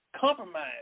compromise